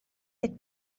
deg